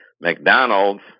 McDonald's